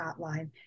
hotline